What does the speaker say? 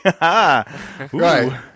Right